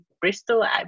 Bristol